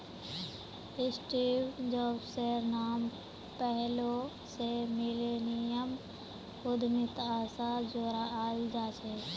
Steve जॉब्सेर नाम पैहलौं स मिलेनियम उद्यमिता स जोड़ाल जाछेक